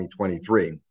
2023